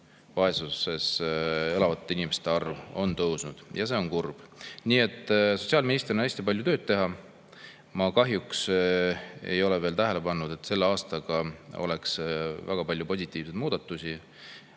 vaesuses elavate inimeste arv on tõusnud ja see on kurb. Nii et sotsiaal[kaitse]ministril on hästi palju tööd teha. Ma kahjuks ei ole veel tähele pannud, et selle aastaga oleks väga palju positiivseid muudatusi